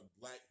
black